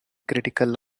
critical